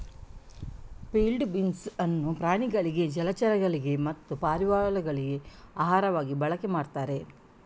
field beans ಅನ್ನು ಪ್ರಾಣಿಗಳಿಗೆ ಜಲಚರಗಳಿಗೆ ಮತ್ತೆ ಪಾರಿವಾಳಗಳಿಗೆ ಆಹಾರವಾಗಿ ಬಳಕೆ ಮಾಡ್ತಾರೆ